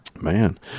Man